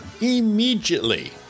immediately